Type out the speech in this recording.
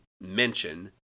mention